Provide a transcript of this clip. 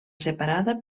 separada